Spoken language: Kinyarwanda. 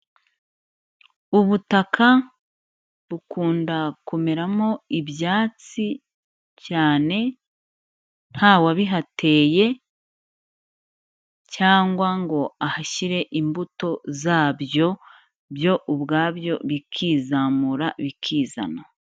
Ubutaka bukunda kumeramo ibyatsi cyane nta wabihateye cyangwa ngo ahashyire imbuto zabyo, byo ubwabyo bikizamura bikizana.